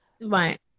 right